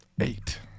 Eight